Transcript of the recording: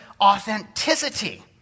authenticity